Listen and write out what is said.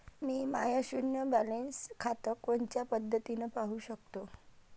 मी माय शुन्य बॅलन्स खातं कोनच्या पद्धतीनं पाहू शकतो?